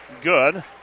good